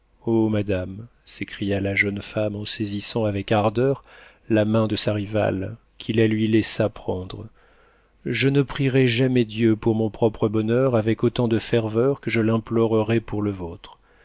madame s'écria la jeune femme en saisissant avec ardeur la main de sa rivale qui la lui laissa prendre je ne prierai jamais dieu pour mon propre bonheur avec autant de ferveur que je l'implorerais pour le vôtre